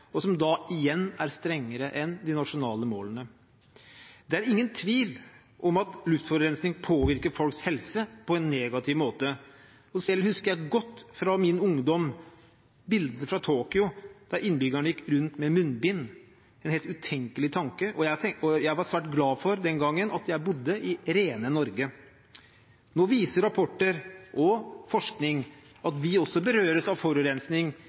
og som da igjen er strengere enn de nasjonale målene. Det er ingen tvil om at luftforurensning påvirker folks helse på en negativ måte. Selv husker jeg godt fra min ungdom bildene fra Tokyo, der innbyggerne gikk rundt med munnbind – en helt utenkelig tanke – og jeg var den gangen svært glad for at jeg bodde i rene Norge. Nå viser rapporter og forskning at vi også berøres av forurensning